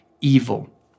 evil